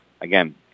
again